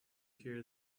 hear